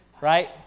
right